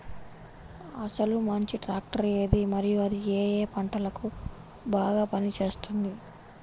అసలు మంచి ట్రాక్టర్ ఏది మరియు అది ఏ ఏ పంటలకు బాగా పని చేస్తుంది?